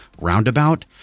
roundabout